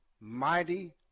mighty